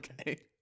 Okay